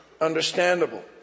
Understandable